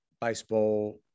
baseball